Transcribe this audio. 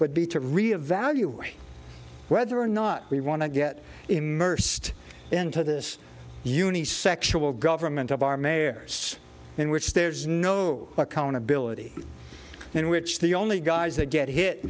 would be to re evaluate whether or not we want to get immersed into this uni sexual government of our mayors in which there's no accountability in which the only guys that get hit